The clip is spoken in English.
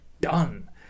done